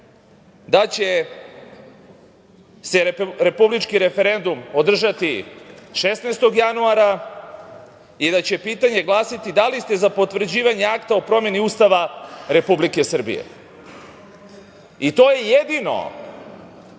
da će se republički referendum održati 16. januara i da će pitanje glasiti da li ste za potvrđivanje Akta o promeni Ustava Republike Srbije. To je jedino